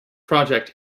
project